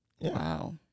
Wow